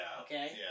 Okay